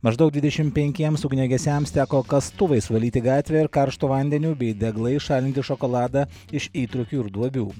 maždaug dvidešim penkiems ugniagesiams teko kastuvais valyti gatvę ir karštu vandeniu bei deglais šalinti šokoladą iš įtrūkių ir duobių